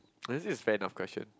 is it a fair enough question